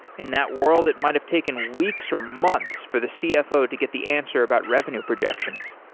in that world, it might've taken weeks or months for the cfo to get the answer about revenue projections.